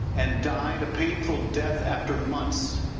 and died a painful death after months,